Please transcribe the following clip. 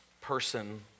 person